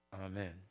Amen